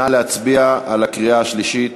נא להצביע בקריאה שלישית.